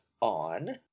on